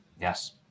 Yes